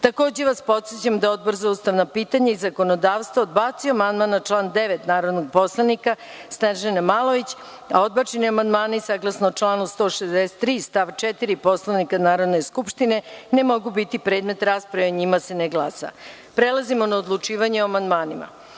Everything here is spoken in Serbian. vas podsećam da je Odbor za ustavna pitanja i zakonodavstvo odbacio amandman na član 9. narodnog poslanika Snežane Malović, a odbačeni amandmani saglasno članu 163. stav 4. Poslovnika Narodne skupštine ne mogu biti predmet rasprave i o njima se ne glasa. Prelazimo na odlučivanje o amandmanima. Na